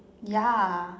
ya